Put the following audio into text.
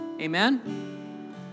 Amen